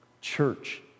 Church